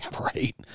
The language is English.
right